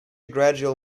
gradual